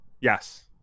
Yes